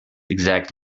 exact